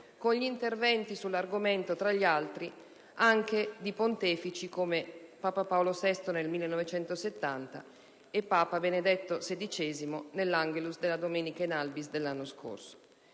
con gli interventi sull'argomento, tra gli altri, anche di pontefici come papa Paolo VI nel 1970 e papa Benedetto XVI nell'Angelus della domenica *in albis* dell'anno scorso.